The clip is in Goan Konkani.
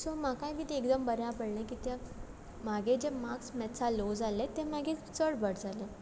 सो म्हाकाय बी तें एकदम बऱ्या पडलें कित्या म्हागे जे मार्क्स मेथ्सा लो जाल्ले ते मागीर चड बर जाले